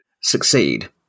succeed